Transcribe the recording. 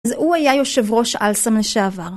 אז הוא היה יושב ראש אל סם לשעבר.